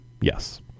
Yes